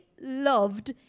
loved